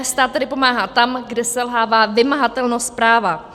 Stát tedy pomáhá tam, kde selhává vymahatelnost práva.